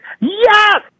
Yes